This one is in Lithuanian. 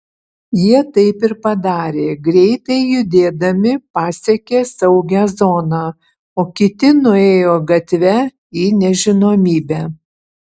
jie taip ir padarė greitai judėdami pasiekė saugią zoną o kiti nuėjo gatve į nežinomybę